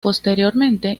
posteriormente